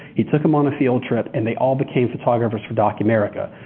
he took them on a field trip and they all became photographers for documerica.